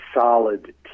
solid